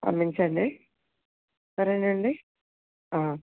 పంపించండి సరేనండి